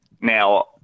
Now